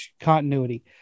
continuity